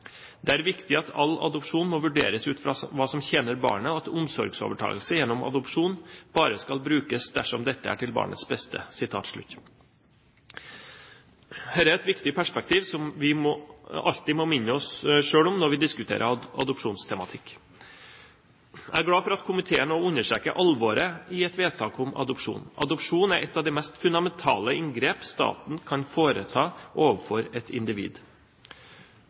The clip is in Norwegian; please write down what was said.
Det er viktig at all adopsjon må vurderes ut fra hva som tjener barnet, og at omsorgsovertakelse gjennom adopsjon bare skal brukes dersom dette er til barnets beste.» Dette er et viktig perspektiv, som vi alltid må minne oss selv om når vi diskuterer adopsjonstematikk. Jeg er glad for at komiteen også understreker alvoret i et vedtak om adopsjon. Adopsjon er et av de mest fundamentale inngrep staten kan foreta overfor et individ.